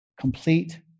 complete